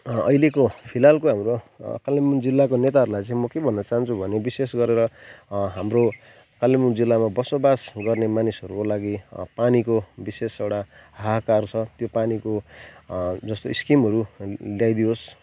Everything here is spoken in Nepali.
अहिलेको फिलहालको हाम्रो कालेबुङ जिल्लाको नेताहरूलाई चाहिँ म के भन्न चहान्छु भने विशेष गरेर हाम्रो कालेबुङ जिल्लामा बसोबास गर्ने मानिसहरूको लागि पानीको विशेष एउटा हाहाकार छ त्यो पानीको जस्तो स्किमहरू ल्याइदिओस्